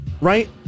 Right